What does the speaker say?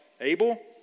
Abel